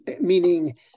Meaning